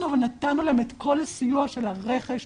אבל אנחנו נתנו את כל הסיוע של הרכש,